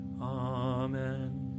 Amen